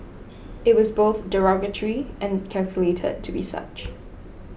it was both derogatory and calculated to be such